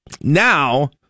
Now